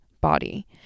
body